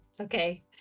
Okay